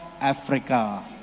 Africa